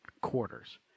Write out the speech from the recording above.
quarters